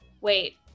wait